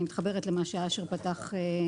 אני מתחברת להסבר של אשר.